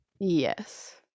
yes